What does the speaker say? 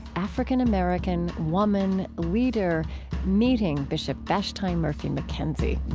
african-american, woman, leader meeting bishop vashti murphy mckenzie.